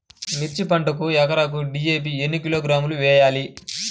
మిర్చి పంటకు ఎకరాకు డీ.ఏ.పీ ఎన్ని కిలోగ్రాములు వేయాలి?